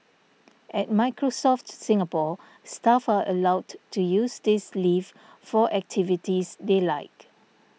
at Microsoft Singapore staff are allowed to use this leave for activities they like